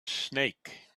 snake